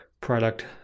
product